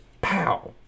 pow